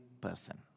person